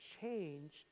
changed